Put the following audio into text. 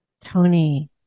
Tony